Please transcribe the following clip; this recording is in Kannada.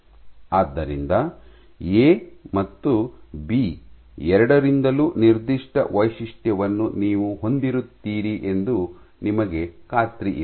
ಆದ್ದರಿಂದ ಎ ಮತ್ತು ಬಿ ಎರಡರಿಂದಲೂ ನಿರ್ದಿಷ್ಟ ವೈಶಿಷ್ಟ್ಯವನ್ನು ನೀವು ಹೊಂದಿರುತ್ತೀರಿ ಎಂದು ನಿಮಗೆ ಖಾತ್ರಿಯಿದೆ